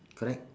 correct